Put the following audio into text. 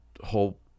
whole